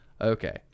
Okay